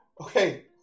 okay